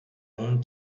own